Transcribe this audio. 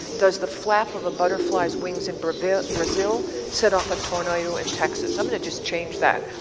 does the flap of a butterfly's wings in brazil brazil set off a tornado in texas? i'm going to just change that.